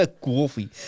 Coffee